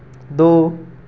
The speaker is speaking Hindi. दो